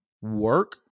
work